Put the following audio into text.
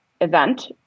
event